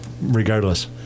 regardless